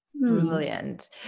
Brilliant